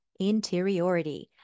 interiority